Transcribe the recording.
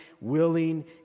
willing